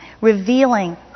revealing